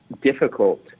difficult